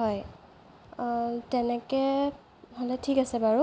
হয় তেনেকৈ হ'লে ঠিক আছে বাৰু